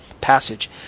passage